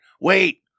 Wait